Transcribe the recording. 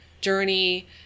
journey